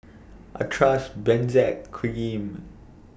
I Trust Benzac Cream